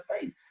face